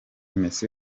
messi